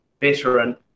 veteran